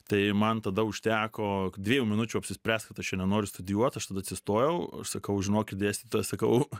tai man tada užteko dviejų minučių apsispręst kad aš čia nenoriu studijuot aš tada atsistojau sakau žinokit dėstyta sakau